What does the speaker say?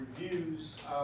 reviews